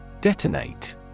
Detonate